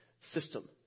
system